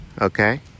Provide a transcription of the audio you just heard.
okay